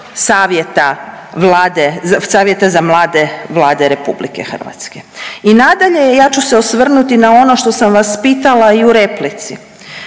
Savjeta za mlade Vlade Republike Hrvatske. I nadalje ja ću se osvrnuti na ono što sam vas pitala i u replici.